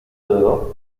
dor